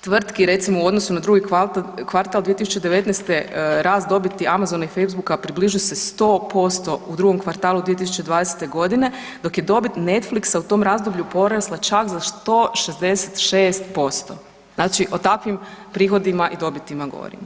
tvrtki recimo u odnosu na drugi kvartal 2019.g. rast dobiti Amazon i Facebooka približio se 100% u drugom kvartalu 2020.g. dok je dobit Netflixa u tom razdoblju čak za 166% znači o takvim prihodima i dobitima govorimo.